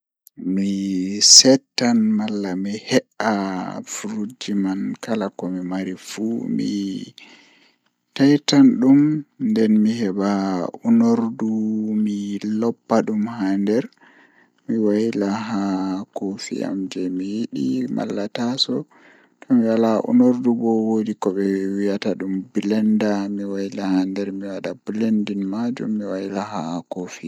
Mi settan malla he'a frutji man kala komi mari fuu mi taitan dum nden mi heba unordu mi loppa dum haa nder mi wayla haa koofi am jei miyidi malla taaso tomi wala unordu bo woodi kobe wiyata dum blander mi waila haa nder mi wada blendin maajum mi wayla haa kofi am.